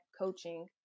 coaching